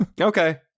Okay